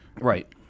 Right